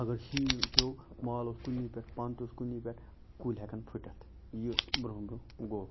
اگر شیٖن پیوٚو مال اوس کُلنی پیٚٹھ پَن تہٕ اوس کُلنی پیٚٹھ کُلۍ ہیٚکَن پھٕٹِتھ یہِ برونٛہہ برونٛہہ گوٚو